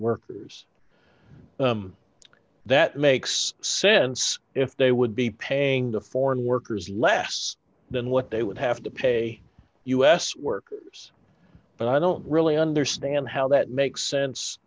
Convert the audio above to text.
workers that makes sense if they would be paying the foreign workers less than what they would have to pay us work but i don't really understand how that makes sense